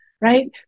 Right